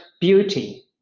beauty